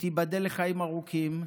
שתיבדל לחיים ארוכים,